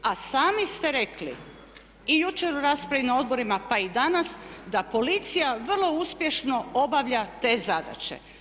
A sami ste rekli i jučer u raspravi na odborima, pa i danas da policija vrlo uspješno obavlja te zadaće.